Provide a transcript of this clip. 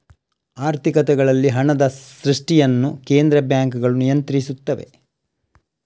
ಆರ್ಥಿಕತೆಗಳಲ್ಲಿ ಹಣದ ಸೃಷ್ಟಿಯನ್ನು ಕೇಂದ್ರ ಬ್ಯಾಂಕುಗಳು ನಿಯಂತ್ರಿಸುತ್ತವೆ